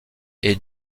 est